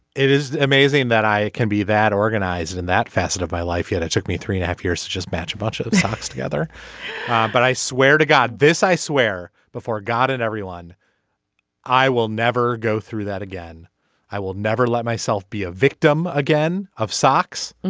it is amazing that i can be that organized in that facet of my life. yeah it took me three and a half years to just match a bunch of socks together but i swear to god this i swear before god in everyone i will never go through that again i will never let myself be a victim again of socks. and